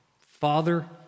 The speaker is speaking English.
Father